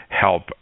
help